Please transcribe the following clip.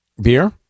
beer